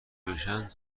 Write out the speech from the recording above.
بشن